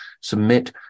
submit